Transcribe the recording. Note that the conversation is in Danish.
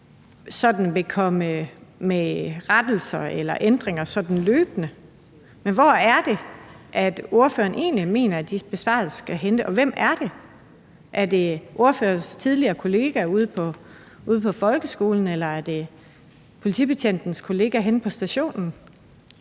at man vil komme med rettelser eller ændringer løbende, men hvor er det ordføreren egentlig mener de besparelser skal hentes, og hvem er det? Er det ordførerens tidligere kollega ude på folkeskolen, eller er det politibetjentens kollega henne på stationen?